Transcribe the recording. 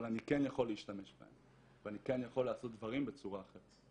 אבל אני כן יכול להשתמש בהם ואני כן יכול לעשות דברים בצורה אחרת.